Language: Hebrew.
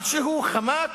על שהוא חמק